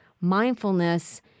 mindfulness